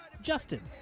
Justin